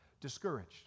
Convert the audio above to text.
discouraged